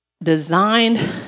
Designed